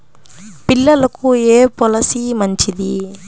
పిల్లలకు ఏ పొలసీ మంచిది?